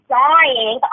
dying